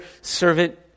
servant